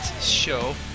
show